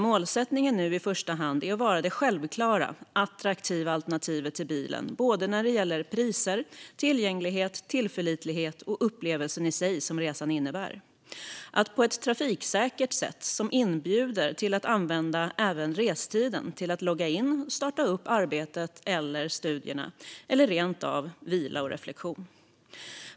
Målsättningen är nu i första hand att vara det självklara, attraktiva alternativet till bilen när det gäller såväl priser som tillgänglighet, tillförlitlighet och upplevelsen i sig som resan innebär. Man kan på ett trafiksäkert sätt använda även restiden till att logga in och starta upp arbete eller studier eller rent av till vila och reflektion.